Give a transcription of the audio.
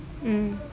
mm